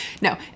No